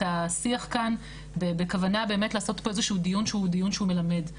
השיח כאן ובכוונה באמת לעשות פה איזשהו דיון שהוא דיון מלמד.